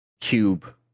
cube